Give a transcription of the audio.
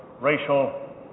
racial